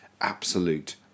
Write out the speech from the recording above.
absolute